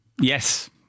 Yes